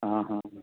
हां हां